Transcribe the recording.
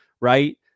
right